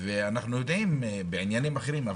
ואנחנו יודעים, בעניינים אחרים,